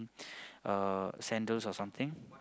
uh sandals or something